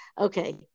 Okay